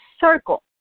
circle